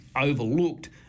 overlooked